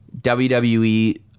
WWE